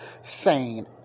sane